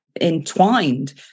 entwined